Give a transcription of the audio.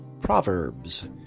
Proverbs